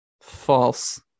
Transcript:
False